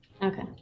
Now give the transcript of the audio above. Okay